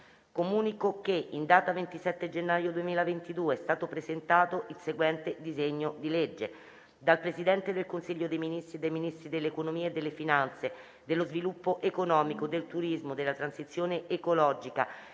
In data 27 gennaio 2022, è stato presentato il seguente disegno di legge: *dal Presidente del Consiglio dei Ministri e dai Ministri dell'economia e delle finanze, dello sviluppo economico, del turismo, della transizione ecologica,